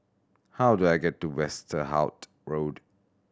how do I get to Westerhout Road